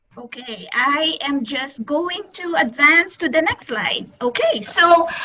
okay, i am just going to advance to the next slide. okay, so